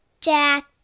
Jack